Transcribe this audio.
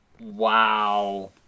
Wow